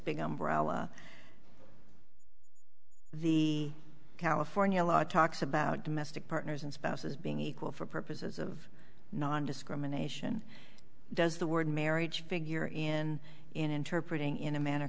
big umbrella the california law talks about domestic partners and spouses being equal for purposes of nondiscrimination does the word marriage figure in in interpreting in a manner